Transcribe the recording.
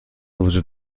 وجود